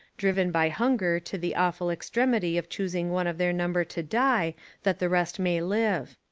driven by hunger to the awful extremity of choosing one of their number to die that the rest may live.